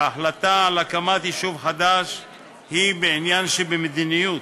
ההחלטה על הקמת יישוב חדש היא עניין שבמדיניות,